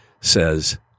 says